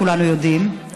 כולנו יודעים,